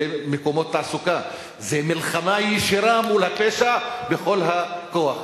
זה מקומות תעסוקה וזה מלחמה ישירה מול הפשע בכל הכוח.